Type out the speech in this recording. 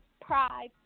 pride